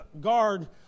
guard